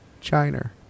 China